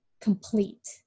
complete